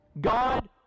God